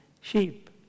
sheep